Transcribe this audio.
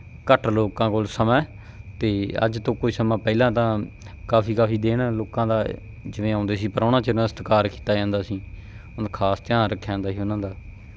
ਘੱਟ ਲੋਕਾਂ ਕੋਲ ਸਮਾਂ ਅਤੇ ਅੱਜ ਤੋਂ ਕੁਝ ਸਮਾਂ ਪਹਿਲਾਂ ਤਾਂ ਕਾਫੀ ਕਾਫੀ ਦਿਨ ਲੋਕਾਂ ਦਾ ਜਿਵੇਂ ਆਉਂਦੇ ਸੀ ਪ੍ਰਾਹੁਣਾ ਚੰਗਾ ਸਤਿਕਾਰ ਕੀਤਾ ਜਾਂਦਾ ਸੀ ਉਹ ਖਾਸ ਧਿਆਨ ਰੱਖਿਆ ਜਾਂਦਾ ਸੀ ਉਹਨਾਂ ਦਾ